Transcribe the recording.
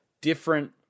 different